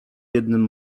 jednym